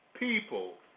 People